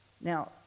Now